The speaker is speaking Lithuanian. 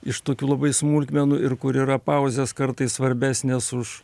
iš tokių labai smulkmenų ir kur yra pauzės kartais svarbesnės už